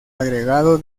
agregado